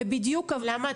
למה?